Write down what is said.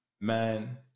Man